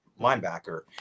linebacker